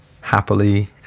Happily